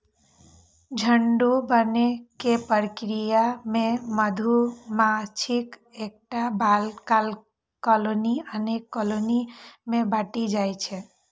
झुंड बनै के प्रक्रिया मे मधुमाछीक एकटा कॉलनी अनेक कॉलनी मे बंटि जाइ छै